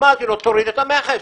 אמרתי לו שיוריד את המכס,